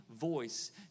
voice